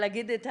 להגיד את האמת,